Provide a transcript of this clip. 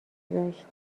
گذشت